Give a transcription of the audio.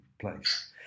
place